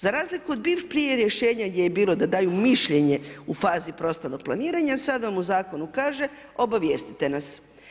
Za razliku od prije rješenja gdje je bilo da daju mišljenje u fazi prostornog planiranja sad vam u zakonu kaže obavijestite nas.